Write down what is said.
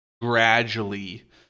gradually